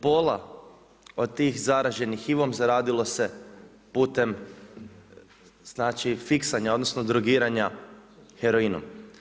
Pola od tih zaraženih HIV-om zaradilo se putem fiksanja odnosno drogiranja heroinom.